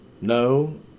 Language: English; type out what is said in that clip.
No